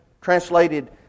translated